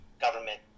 government